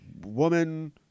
woman